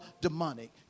demonic